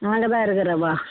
நான் அங்கே தான் இருக்கிறேன் வா